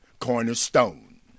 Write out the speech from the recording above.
cornerstone